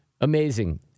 amazing